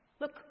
look